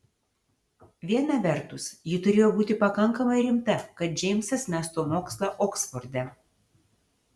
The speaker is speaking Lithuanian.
viena vertus ji turėjo būti pakankamai rimta kad džeimsas mestų mokslą oksforde